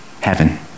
heaven